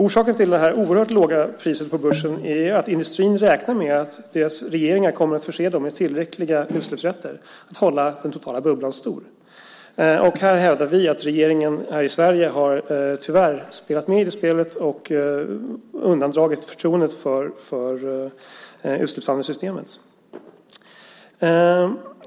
Orsaken till det oerhört låga priset på börsen är att industrierna räknar med att deras regeringar kommer att förse dem med tillräckliga utsläppsrätter för att hålla den totala bubblan stor. Här hävdar vi att regeringen i Sverige tyvärr har spelat med i det spelet och minskat förtroendet för utsläppshandelssystemet.